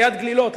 ליד גלילות,